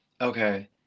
okay